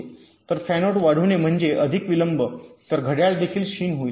तर फॅनआउट वाढविणे म्हणजे अधिक विलंब तर घड्याळ देखील क्षीण होईल